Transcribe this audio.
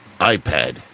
iPad